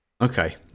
Okay